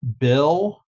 bill